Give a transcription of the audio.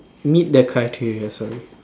meet the criteria sorry